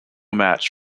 match